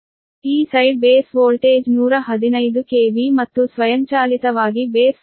ಆದ್ದರಿಂದ ಈ side base voltage 115 KV ಮತ್ತು ಸ್ವಯಂಚಾಲಿತವಾಗಿ ಬೇಸ್ ವೋಲ್ಟೇಜ್ 6